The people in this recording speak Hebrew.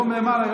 יום למעלה.